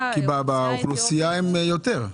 כי באוכלוסייה הם יותר.